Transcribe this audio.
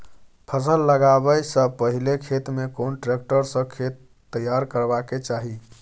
फसल लगाबै स पहिले खेत में कोन ट्रैक्टर स खेत तैयार करबा के चाही?